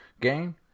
game